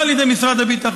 לא על ידי משרד הביטחון.